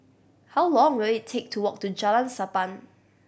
how long will it take to walk to Jalan Sappan